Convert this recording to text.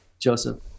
joseph